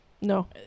No